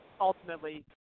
ultimately